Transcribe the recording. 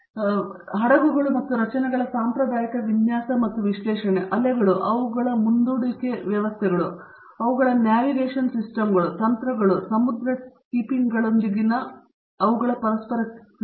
ಆದ್ದರಿಂದ ಹಡಗುಗಳು ಮತ್ತು ರಚನೆಗಳ ಸಾಂಪ್ರದಾಯಿಕ ವಿನ್ಯಾಸ ಮತ್ತು ವಿಶ್ಲೇಷಣೆ ಅಲೆಗಳು ಅವುಗಳ ಮುಂದೂಡಿಕೆ ವ್ಯವಸ್ಥೆಗಳು ಅವುಗಳ ನ್ಯಾವಿಗೇಷನ್ ಸಿಸ್ಟಮ್ಗಳು ತಂತ್ರಗಳು ಸಮುದ್ರ ಕೀಪಿಂಗ್ಗಳೊಂದಿಗಿನ ಅವುಗಳ ಪರಸ್ಪರ ಕ್ರಿಯೆ